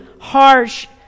harsh